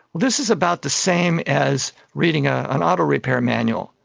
this is about the same as reading ah an auto repair manual,